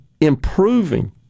improving